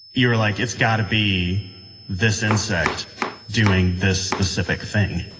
you were like, it's got to be this insect doing this specific thing.